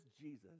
Jesus